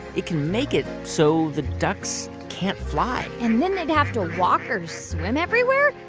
it can make it so the ducks can't fly and then they'd have to walk or swim everywhere.